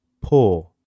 poor